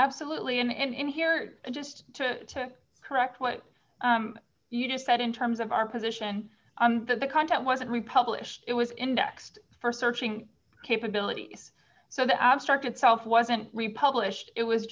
absolutely and in here just to correct what you just said in terms of our position that the content wasn't we published it was indexed for searching capabilities so the abstract itself wasn't republished it was